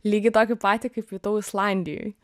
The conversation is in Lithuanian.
lygiai tokį patį kaip jutau islandijoj